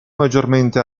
maggiormente